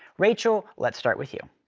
rachel, let's start with you.